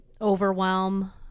overwhelm